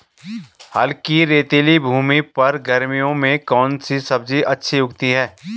हल्की रेतीली भूमि पर गर्मियों में कौन सी सब्जी अच्छी उगती है?